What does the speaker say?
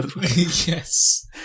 Yes